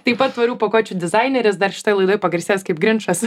taip pat tvarių pakuočių dizaineris dar šitoj laidoj pagarsėjęs kaip ginčas